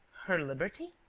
her liberty?